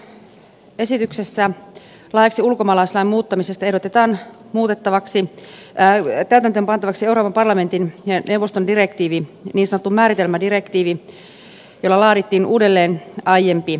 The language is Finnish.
hallituksen esityksessä laiksi ulkomaalaislain muuttamisesta ehdotetaan täytäntöön pantavaksi euroopan parlamentin ja neuvoston direktiivi niin sanottu määritelmädirektiivi jolla laadittiin uudelleen aiempi vastaava määritelmädirektiivi